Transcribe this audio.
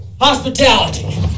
Hospitality